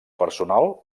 personal